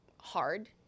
hard